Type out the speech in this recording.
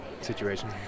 situation